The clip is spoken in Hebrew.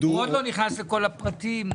עוד לא נכנס לכל הפרטים.